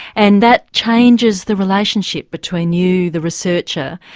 and that changes the relationship between you, the researcher,